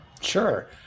Sure